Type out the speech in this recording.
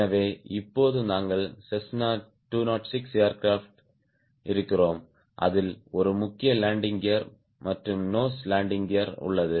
எனவே இப்போது நாங்கள் செஸ்னா 206 ஏர்கிராப்ட் இருக்கிறோம் அதில் ஒரு முக்கிய லேண்டிங் கியர் மற்றும் நோஸ் லேண்டிங் கியர் உள்ளது